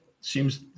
Seems